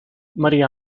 maría